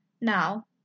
Now